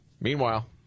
Meanwhile